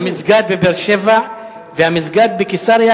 המסגד בבאר-שבע והמסגד בקיסריה,